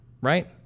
right